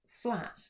flat